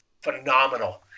Phenomenal